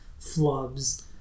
flubs